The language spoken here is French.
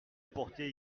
apporté